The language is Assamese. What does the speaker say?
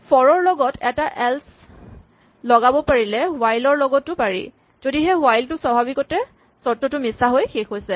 ফৰ ৰ লগত এটা এল্চ লগাব পাৰিলে হুৱাইল ৰ লগতো পাৰি যদিহে হুৱাইল টো স্বাভাৱিকতে চৰ্তটো মিছা হৈ শেষ হৈছে